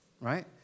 right